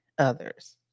others